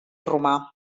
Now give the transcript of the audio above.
romà